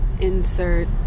insert